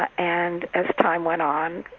ah and as time went on,